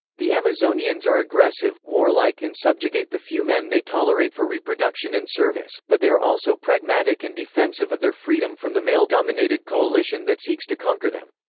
the amazonians are aggressive, warlike and subjugate the few men they tolerate for reproduction and service, but they are also pragmatic and defensive of their freedom from the male-dominated coalition that seeks to conquer them.